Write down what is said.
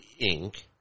Inc